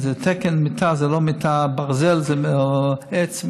תקן מיטה זה לא הברזל של מיטה או העץ,